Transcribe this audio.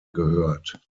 gehört